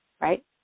right